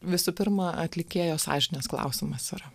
visų pirma atlikėjo sąžinės klausimas yra